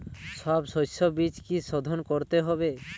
সব শষ্যবীজ কি সোধন করতে হবে?